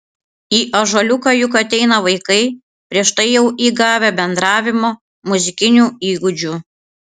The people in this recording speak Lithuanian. į ąžuoliuką juk ateina vaikai prieš tai jau įgavę bendravimo muzikinių įgūdžių